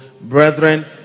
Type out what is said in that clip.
Brethren